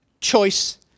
choice